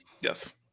Yes